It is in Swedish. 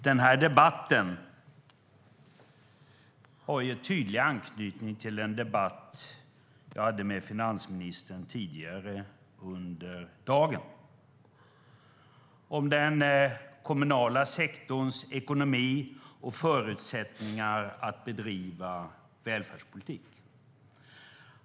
Den här debatten har tydlig anknytning till den debatt jag hade med finansministern tidigare i dag om den kommunala sektorns ekonomi och förutsättningar att bedriva välfärdspolitik.